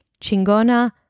Chingona